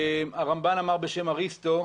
הרמב"ן אמר בשם אריסטו,